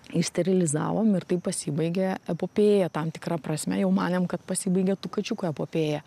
išsterilizavom ir taip pasibaigė epopėja tam tikra prasme jau manėm kad pasibaigė tų kačiukų epopėja